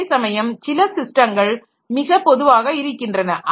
அதேசமயம் சில ஸிஸ்டங்கள் மிக பொதுவாக இருக்கின்றன